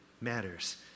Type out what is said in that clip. matters